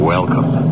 Welcome